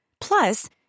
Plus